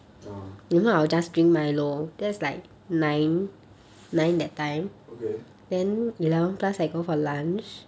(uh huh) okay